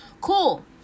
cool